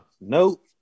nope